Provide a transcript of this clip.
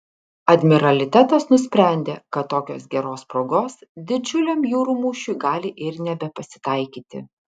admiralitetas nusprendė kad tokios geros progos didžiuliam jūrų mūšiui gali ir nebepasitaikyti